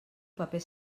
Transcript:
paper